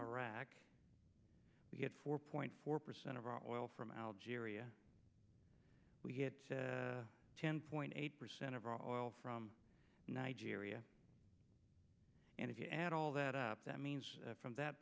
iraq we get four point four percent of our oil from algeria we get ten point eight percent of all from nigeria and if you add all that up that means from that